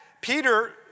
Peter